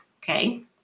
okay